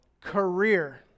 career